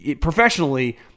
Professionally